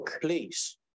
Please